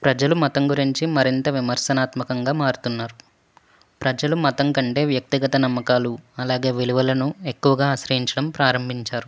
ప్రజలు మతం గురించి మరింత విమర్శనాత్మకంగా మారుతున్నారు ప్రజలు మతం కంటే వ్యక్తిగత నమ్మకాలు అలాగే విలువలను ఎక్కువగా ఆశ్రయించడం ప్రారంభించారు